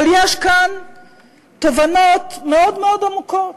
אבל יש כאן תובנות מאוד מאוד עמוקות,